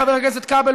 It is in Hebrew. חבר הכנסת כבל,